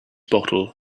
bottle